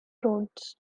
roads